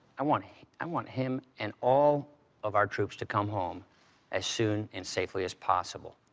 i want i want him and all of our troops to come home as soon and safely as possible.